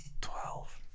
Twelve